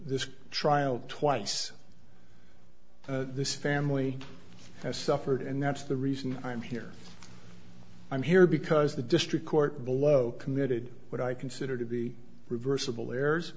this trial twice this family has suffered and that's the reason i'm here i'm here because the district court below committed what i consider to be reversible errors